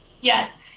Yes